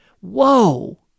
Whoa